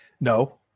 No